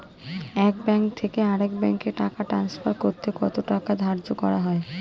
এক ব্যাংক থেকে আরেক ব্যাংকে টাকা টান্সফার করতে কত টাকা ধার্য করা হয়?